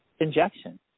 injection